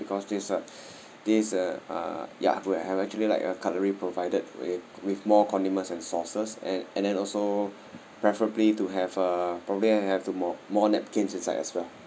because this uh this uh uh ya you have actually like a cutlery provided with with more condiments and sauces and and then also preferably to have uh probably have to more more napkins inside as well